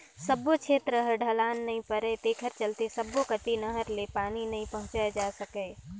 सब्बो छेत्र ह ढलान नइ परय तेखर चलते सब्बो कति नहर ले पानी नइ पहुंचाए जा सकय